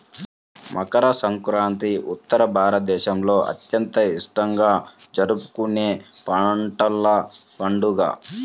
మకర సంక్రాంతి ఉత్తర భారతదేశంలో అత్యంత ఇష్టంగా జరుపుకునే పంటల పండుగ